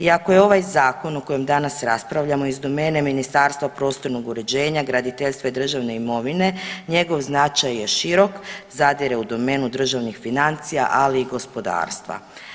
Iako je ovaj zakon o kojem danas raspravljamo iz domene Ministarstva prostornog uređenja, graditeljstva i državne imovine njegov značaj je širok, zadire u domenu državnih financija, ali i gospodarstva.